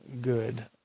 good